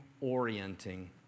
orienting